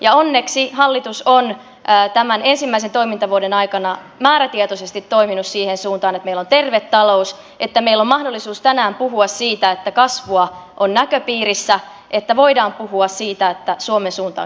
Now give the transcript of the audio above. ja onneksi hallitus on tämän ensimmäisen toimintavuoden aikana määrätietoisesti toiminut siihen suuntaan että meillä on terve talous että meillä on mahdollisuus tänään puhua siitä että kasvua on näköpiirissä että voidaan puhua siitä että suomen suunta on kääntymässä